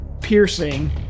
piercing